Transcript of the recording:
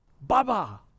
Baba